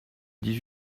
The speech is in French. dix